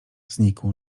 znikł